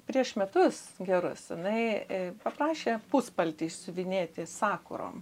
prieš metus gerus jinai paprašė puspaltį išsiuvinėti sakurom